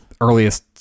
earliest